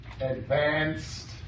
advanced